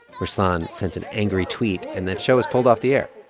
ruslan sent an angry tweet, and that show was pulled off the air.